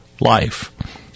life